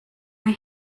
või